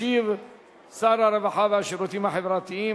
ישיב שר הרווחה והשירותים החברתיים,